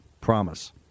promise